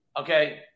okay